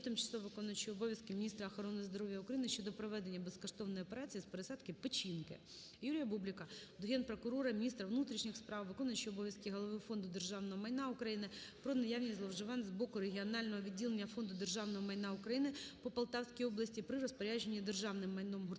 виконуючої обов'язки міністра охорони здоров'я України щодо проведення безкоштовної операції з пересадки печінки. Юрія Бублика до Генпрокурора, міністра внутрішніх справ, виконуючого обов'язки Голови Фонду державного майна України про наявність зловживань з боку Регіонального відділення Фонду державного майна України по Полтавській області при розпорядженні державним майном – гуртожитком,